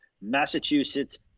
Massachusetts